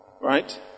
Right